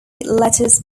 letters